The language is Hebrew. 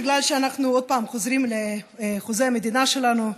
בגלל שאנחנו עוד פעם חוזרים לחוזה המדינה שלנו,